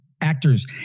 actors